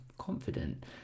confident